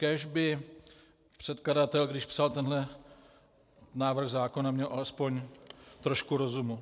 Kéž by předkladatel, když psal tenhle návrh zákona, měl alespoň trošku rozumu.